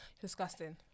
disgusting